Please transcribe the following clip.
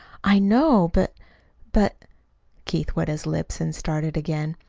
i know but but keith wet his lips and started again.